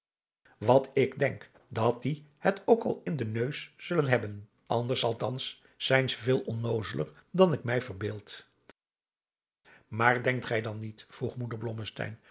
want ik denk dat die het ook al in den neus zullen hebben anders althans zijn ze veel onnoozeler dan ik mij verbeeld maar denkt gij dan niet vroeg moeder